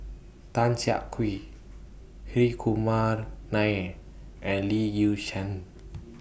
Tan Siak Kew Hri Kumar Nair and Lee Yi Shyan